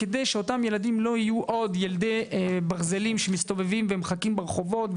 כדי שאותם ילדים לא יהיו עוד ילדי ברזלים שמסתובבים ומחכים ברחובות,